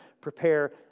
prepare